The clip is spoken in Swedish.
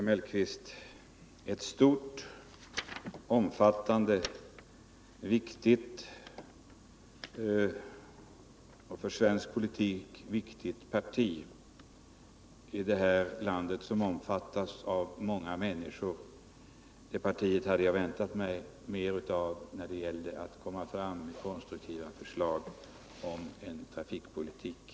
Herr talman! Till herr Mellqvist: Ett stort och för svensk politik viktigt parti idet här landet som omfattas av många människor, det partiet hade jag väntat mig mer av när det gäller att komma fram med konstruktiva förslag till en trafikpolitik.